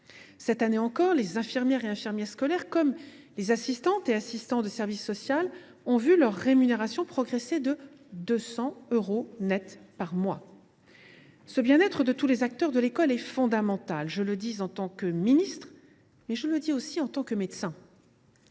Cette année encore, les infirmières et les infirmiers scolaires, ainsi que les assistantes et les assistants de service social, ont vu leur rémunération progresser de 200 euros net par mois. Ce bien être de tous les acteurs de l’école est fondamental, je le dis en tant que ministre, mais aussi en tant que médecin.